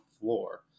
floor